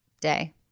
Day